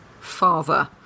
father